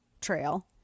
trail